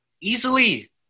Easily